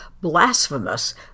blasphemous